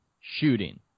shooting